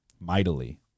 mightily